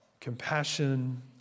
compassion